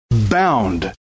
bound